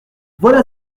voilà